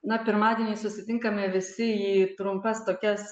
na pirmadienį susitinkame visi į trumpas tokias